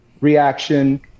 reaction